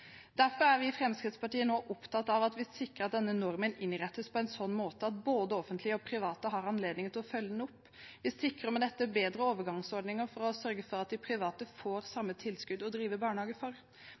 Derfor er vi i Fremskrittspartiet nå opptatt av at vi sikrer at denne normen innrettes på en sånn måte at både offentlige og private har anledning til å følge den opp. Vi sikrer med dette bedre overgangsordninger for å sørge for at de private får